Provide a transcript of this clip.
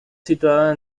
situada